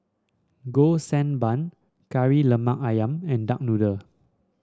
Golden Sand Bun Kari Lemak ayam and Duck Noodle